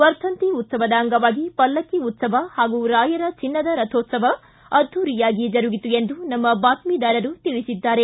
ವರ್ಧಂತಿ ಉತ್ಸವದ ಅಂಗವಾಗಿ ಪಲ್ಲಕ್ಷ ಉತ್ಸವ ಹಾಗೂ ರಾಯರ ಚಿನ್ನದ ರಥೋತ್ಸವ ಅದ್ದೂರಿಯಾಗಿ ಜರುಗಿತು ಎಂದು ನಮ್ಮ ಬಾತ್ಟಿದಾರರು ತಿಳಿಸಿದ್ದಾರೆ